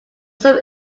some